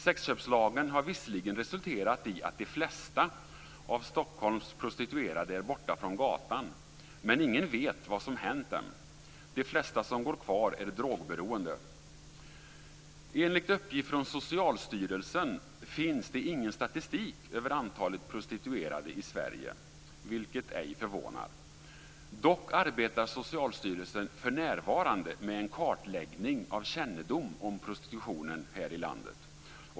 Sexköpslagen har visserligen resulterat i att de flesta av Stockholms prostituerade är borta från gatan, men ingen vet vad som hänt dem. De flesta som går kvar är drogberoende. Enligt uppgift från Socialstyrelsen finns det ingen statistik över antalet prostituerade i Sverige, vilket ej förvånar. Dock arbetar Socialstyrelsen för närvarande med en kartläggning av kännedom om prostitutionen här i landet.